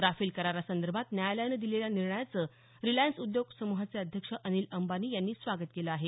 Rafale करारासंदर्भात न्यायालयानं दिलेल्या निर्णयाचं रिलायन्स उद्योग समुहाचे अध्यक्ष अनिल अंबानी यांनी स्वागत केलं आहे